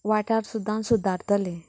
वाठार सुद्दां सुदारतलें